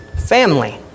family